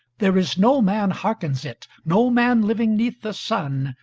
there is no man hearkens it, no man living neath the sun,